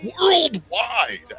worldwide